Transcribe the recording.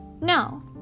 No